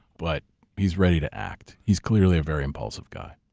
but he's ready to act. he's clearly a very impulsive guy.